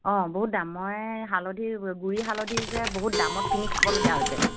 অ বহুত দাম মই হালধি গুৰি হালধি যে বহুত দামত কিনি খাবলগীয়া হৈছে